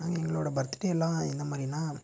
எங்களோடய பர்த்டேலாம் என்ன மாதிரினா